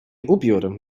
ubiór